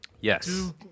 Yes